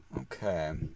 Okay